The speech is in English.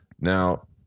Now